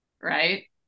right